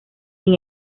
sin